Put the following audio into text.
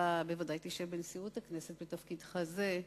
אתה בוודאי תשב בנשיאות הכנסת בתפקידך זה,